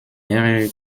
mehrere